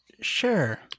Sure